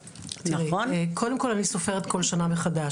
תראי, קודם כל אני סופרת כל שנה מחדש.